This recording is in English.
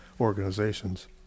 organizations